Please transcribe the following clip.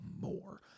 more